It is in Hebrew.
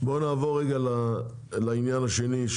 נעבור לעניין השני.